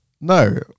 No